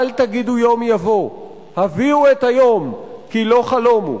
"אל תגידו יום יבוא/ הביאו את היום/ כי לא חלום הוא".